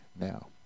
now